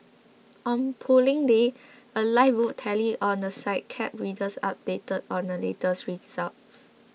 on Polling Day a live vote tally on the site kept readers updated on the latest results